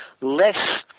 less